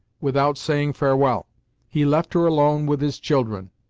without saying farewell he left her alone with his children.